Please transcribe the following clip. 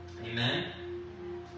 Amen